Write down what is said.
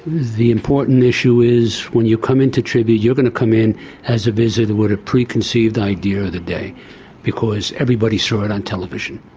the important issue is when you come into tribute, you're going to come in as a visitor with a preconceived idea of the day because everybody saw it on television.